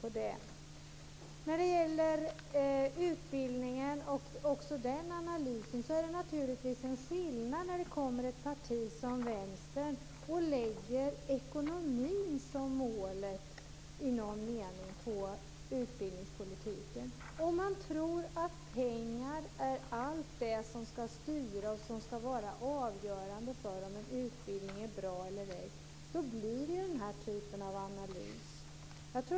Sedan var det analysen av utbildningen. Det är skillnad när ett parti från vänster lägger ekonomi som mål inom utbildningspolitiken. Man tror att pengar är allt det som skall styra och som skall vara avgörande för om en utbildning är bra eller ej. Då blir det den typen av analys.